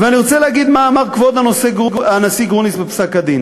ואני רוצה להגיד מה אמר כבוד הנשיא גרוניס בפסק-הדין: